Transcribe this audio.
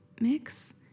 mix